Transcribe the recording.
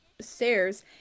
stairs